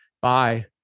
bye